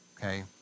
okay